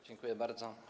Dziękuję bardzo.